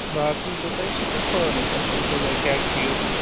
باقٕے گوٚو تۄہہِ سُہ پتہٕ پانہٕ تانۍ تۄہہِ کَمہِ آیہِ کیٛاہ کھیٚیِو تہٕ